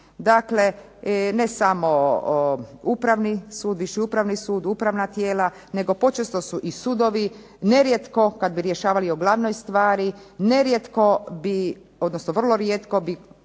Dakle, ne samo upravni sud, viši upravni sud, upravna tijela nego počesto i sudovi nerijetko, kad bi rješavali o glavnoj stvari, nerijetko bi odnosno vrlo rijetko bi